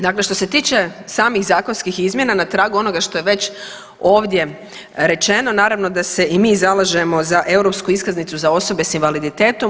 Dakle, što se tiče samih zakonskih izmjena na tragu onoga što je već ovdje rečeno naravno da se i mi zalažemo za europsku iskaznicu za osobe s invaliditetom.